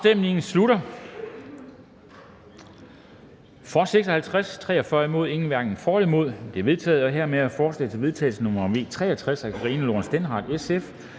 Afstemningen slutter.